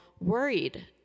worried